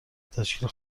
تشکیل